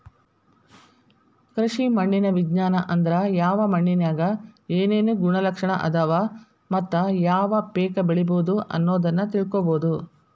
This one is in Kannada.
ಕೃಷಿ ಮಣ್ಣಿನ ವಿಜ್ಞಾನ ಅಂದ್ರ ಯಾವ ಮಣ್ಣಿನ್ಯಾಗ ಏನೇನು ಗುಣಲಕ್ಷಣ ಅದಾವ ಮತ್ತ ಯಾವ ಪೇಕ ಬೆಳಿಬೊದು ಅನ್ನೋದನ್ನ ತಿಳ್ಕೋಬೋದು